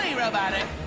robotic.